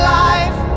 life